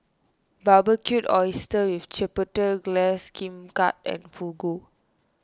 Barbecued Oysters with Chipotle Glaze Kimbap and Fugu